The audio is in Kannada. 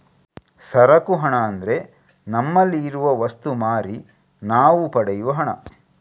ಸರಕು ಹಣ ಅಂದ್ರೆ ನಮ್ಮಲ್ಲಿ ಇರುವ ವಸ್ತು ಮಾರಿ ನಾವು ಪಡೆಯುವ ಹಣ